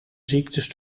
ziektes